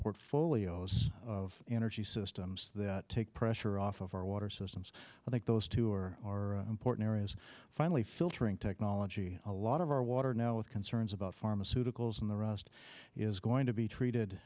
portfolios of energy systems that take pressure off of our water systems i think those two are important areas finally filtering technology a lot of our water now with concerns about pharmaceuticals and the rest is going to be treated